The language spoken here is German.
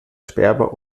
sperber